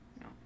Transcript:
No